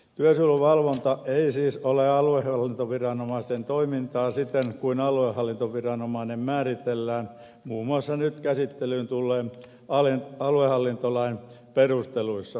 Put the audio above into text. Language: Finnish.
työsuojeluvalvonta ei siis ole aluehallintoviranomaisten toimintaa siten kuin aluehallintoviranomainen määritellään muun muassa nyt käsittelyyn tulleen aluehallintolain perusteluissa